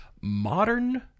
Modern